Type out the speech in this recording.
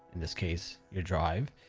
in this case, your drive,